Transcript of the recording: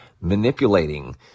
manipulating